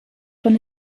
von